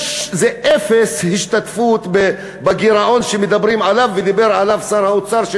זה אפס השתתפות בגירעון שמדברים עליו ודיבר עליו שר האוצר,